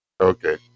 Okay